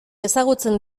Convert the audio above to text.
ezagutzen